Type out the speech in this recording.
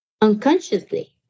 unconsciously